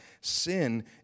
Sin